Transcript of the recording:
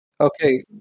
Okay